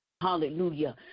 Hallelujah